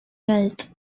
wneud